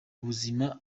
buzima